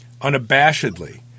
unabashedly